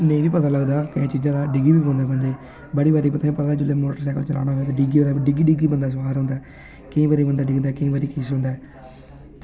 नेईं बी पता लगदा किसे चीज़े दा ते डिग्गी बी पौंदे बंदे होई जंदा ई बड़ी बारी तुसेंगी पता जेल्लै मोटरसैकल चलाना होऐ डिग्गी डिग्गी बंदा सर होंदा ऐ केईं बारी डिग्गदा ते केईं बारी किश होंदा ऐ